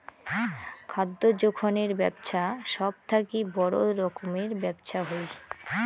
খাদ্য যোখনের বেপছা সব থাকি বড় রকমের ব্যপছা হই